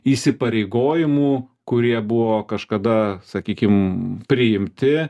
įsipareigojimų kurie buvo kažkada sakykim priimti